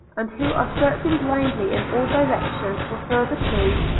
and who are searching blindly in all directions for further clue,